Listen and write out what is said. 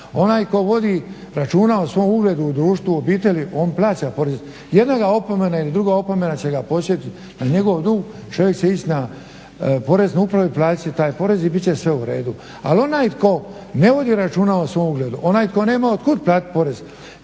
onaj tko vodi računa o svom ugledu u društvu o obitelji on plaća porez. Jedna ga opomena ili druga opomena će ga podsjetiti na njegov dug, čovjek se … Poreznoj upravi plati će taj porez i bit će sve uredu. Ali onaj tko ne vodi računa o svom ugledu onaj tko nema od kuda platiti porez